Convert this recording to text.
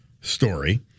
story